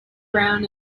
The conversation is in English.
brown